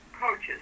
coaches